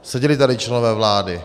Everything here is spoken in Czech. Seděli tady členové vlády.